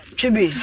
Chibi